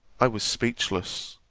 i was speechless,